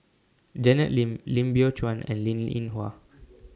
Janet Lim Lim Biow Chuan and Linn in Hua